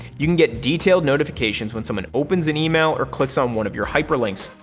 you can get detailed notifications when someone opens an email or clicks um one of your hyperlinks.